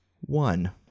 one